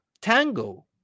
tango